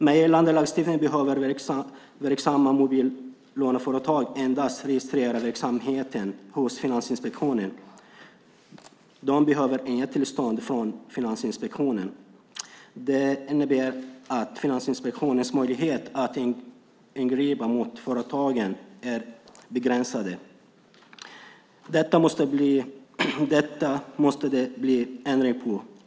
Med gällande lagstiftning behöver verksamma mobillåneföretag endast registrera verksamheten hos Finansinspektionen. De behöver inget tillstånd från Finansinspektionen. Det innebär att Finansinspektionens möjligheter att ingripa mot företagen är begränsade. Detta måste det bli ändring på.